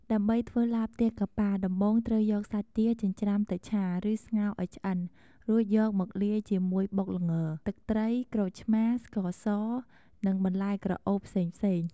ដើម្បីធ្វើឡាបទាកាប៉ា ដំបូងត្រូវយកសាច់ទាចិញ្ច្រាំទៅឆា ឬស្ងោរឱ្យឆ្អិន រួចយកមកលាយជាមួយបុកល្ង ទឹកត្រី ក្រូចឆ្មារ ស្ករស និងបន្លែក្រអូបផ្សេងៗ។